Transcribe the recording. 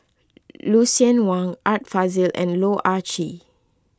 Lucien Wang Art Fazil and Loh Ah Chee